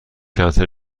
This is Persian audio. کنسل